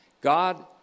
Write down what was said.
God